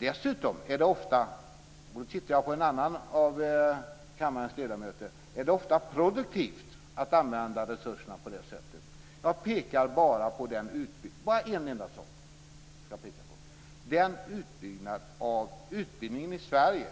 Dessutom är det ofta, och nu tittar jag på en annan av kammarens ledamöter, produktivt att använda resurserna på det sättet. Jag pekar bara på en enda sak. Den utbyggnad av utbildningen i Sverige